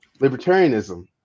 libertarianism